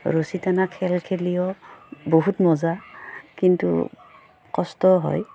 ৰছী টানা খেল খেলিও বহুত মজা কিন্তু কষ্টও হয়